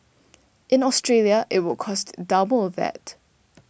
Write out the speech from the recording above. in Australia it would cost double of that